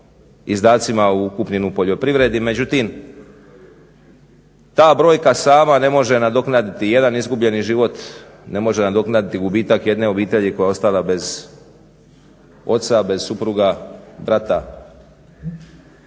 izdacima ukupnim u poljoprivredi. Međutim, ta brojka sama ne može nadoknaditi jedan izgubljeni život, ne može nadoknaditi gubitak jedne obitelji koja je ostala bez oca, bez supruga, brata.